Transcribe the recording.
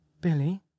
Billy